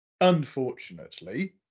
Unfortunately